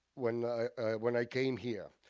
when i when i came here.